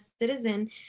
citizen